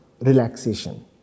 relaxation